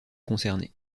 concernés